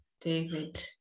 David